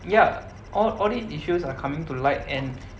ya all all these issues are coming to light and